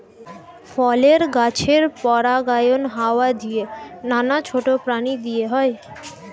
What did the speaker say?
ফলের গাছের পরাগায়ন হাওয়া দিয়ে, নানা ছোট প্রাণী দিয়ে হয়